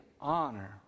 honor